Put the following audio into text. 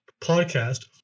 podcast